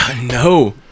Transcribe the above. No